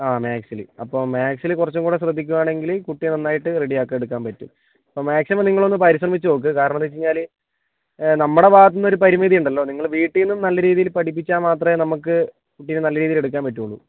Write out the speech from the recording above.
ആ മാത്സിൽ അപ്പം മാത്സിൽ കുറച്ചും കൂടെ ശ്രദ്ധിക്കുവാണെങ്കിൽ കുട്ടിയെ നന്നായിട്ട് റെഡി ആക്കി എടുക്കാൻ പറ്റും അപ്പം മാക്സിമം നിങ്ങളൊന്ന് പരിശ്രമിച്ച് നോക്ക് കാരണം എന്താച്ച് കഴിഞ്ഞാൽ നമ്മുടെ ഭാഗത്തുനിന്ന് ഒരു പരിമിതി ഉണ്ടല്ലോ നിങ്ങൾ വീട്ടീന്നും നല്ല രീതിയിൽ പഠിപ്പിച്ചാൽ മാത്രമേ നമുക്ക് കുട്ടിയെ നല്ല രീതിയിൽ എടുക്കാൻ പറ്റുവൊള്ളു